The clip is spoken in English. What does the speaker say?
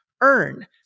earn